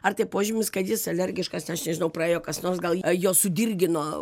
ar tai požymis kad jis alergiškas aš nežinau praėjo kas nors gal jo sudirgino